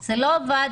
זה לא עבד.